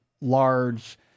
large